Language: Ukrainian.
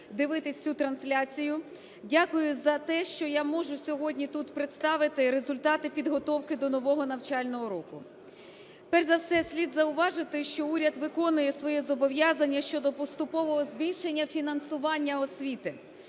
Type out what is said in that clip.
Дякую за те, що я можу сьогодні тут представити результати підготовки до нового навчального року. Перш за все слід зауважити, що уряд виконує своє зобов'язання щодо поступового збільшення фінансування освіти.